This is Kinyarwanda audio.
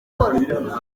gukora